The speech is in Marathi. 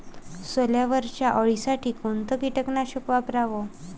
सोल्यावरच्या अळीसाठी कोनतं कीटकनाशक वापराव?